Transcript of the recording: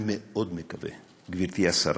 אני מאוד מקווה, גברתי השרה,